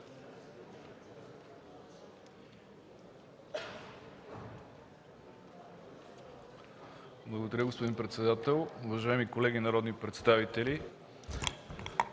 Уважаема госпожо председател, уважаеми колеги народни представители!